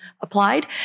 Applied